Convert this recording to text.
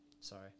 Sorry